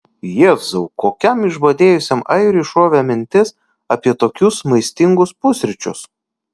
jėzau kokiam išbadėjusiam airiui šovė mintis apie tokius maistingus pusryčius